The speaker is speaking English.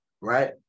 right